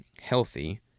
healthy